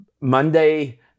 monday